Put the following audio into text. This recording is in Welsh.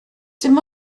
dim